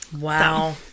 Wow